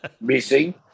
missing